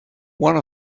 one